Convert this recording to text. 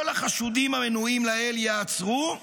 כל החשודים המנויים לעיל ייעצרו.